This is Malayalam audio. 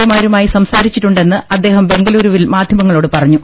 എ മാരുമായി സംസാരിച്ചിട്ടു ണ്ടെന്ന് അദ്ദേഹം ബംഗലൂരുവിൽ മാധ്യമങ്ങളോട് പറഞ്ഞു